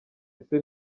ese